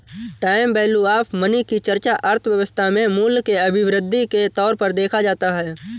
time value of money की चर्चा अर्थव्यवस्था में मूल्य के अभिवृद्धि के तौर पर देखा जाता है